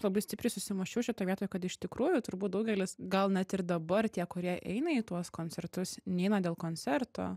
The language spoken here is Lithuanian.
labai stipriai susimąsčiau šitoj vietoj kad iš tikrųjų turbūt daugelis gal net ir dabar tie kurie eina į tuos koncertus neina dėl koncerto